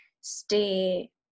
stay